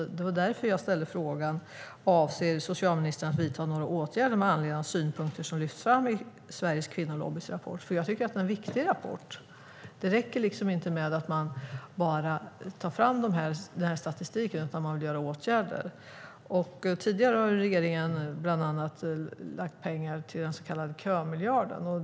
Det var därför jag ställde frågan: "Avser socialministern att vidta några åtgärder med anledning av de synpunkter som lyfts fram i Sveriges Kvinnolobbys rapport?" Jag tycker att det är en viktig rapport. Det räcker liksom inte att man bara tar fram statistiken, utan man behöver vidta åtgärder. Tidigare har regeringen bland annat lagt pengar på den så kallade kömiljarden.